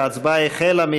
ההצבעה החלה.